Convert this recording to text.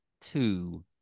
two